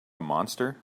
monster